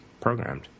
programmed